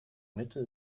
mitte